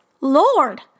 Lord